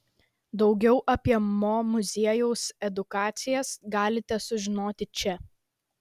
daugiau apie mo muziejaus edukacijas galite sužinoti čia